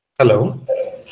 Hello